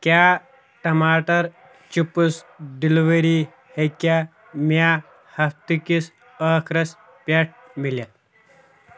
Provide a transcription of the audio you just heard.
کیاہ ٹَماٹَر chips delivery ہیٚکیٚاہ مےٚ ہَفتہٕ کِس ٲخرَس پٮ۪ٹھ مِلِتھ